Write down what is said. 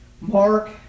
Mark